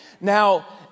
now